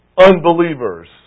unbelievers